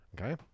Okay